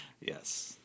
Yes